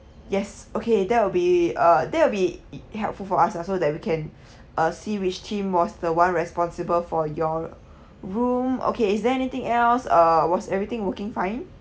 yes okay that will be uh that will be helpful for us lah so that we can uh see which team was the one responsible for your room okay is there anything else uh was everything working fine